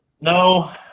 No